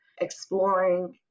exploring